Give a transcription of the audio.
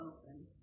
open